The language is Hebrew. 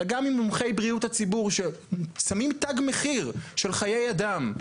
אלא גם ממומחי בריאות הציבור ששמים תג מחיר של חיי אדם.